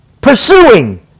pursuing